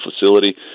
facility